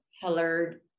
colored